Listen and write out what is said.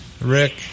Rick